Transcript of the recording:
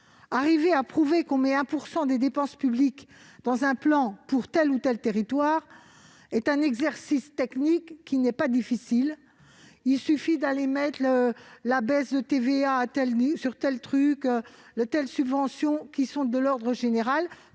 arriver à prouver qu'on met 1 % des dépenses publiques dans un plan pour tel ou tel territoire est un exercice technique qui n'est pas difficile : il suffit de prendre en compte telle baisse de TVA ou telle subvention, d'ordre général,